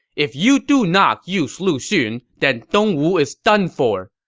if you do not use lu xun, then dongwu is done for!